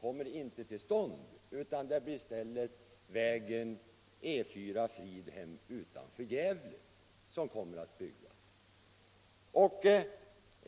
som kommer till stånd utan i stället väg E 4 på sträckan Gävle-Fridhem som kommer att byggas.